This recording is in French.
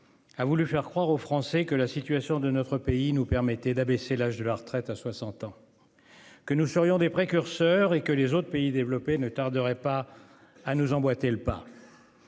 A voulu faire croire aux Français que la situation de notre pays nous permettait d'abaisser l'âge de la retraite à 60 ans. Que nous serions des précurseurs et que les autres pays développés ne tarderaient pas à nous emboîter le pas.